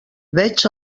veig